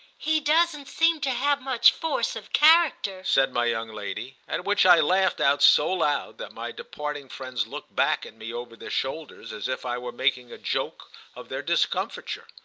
he doesn't seem to have much force of character, said my young lady at which i laughed out so loud that my departing friends looked back at me over their shoulders as if i were making a joke of their discomfiture.